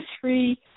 three